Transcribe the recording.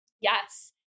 Yes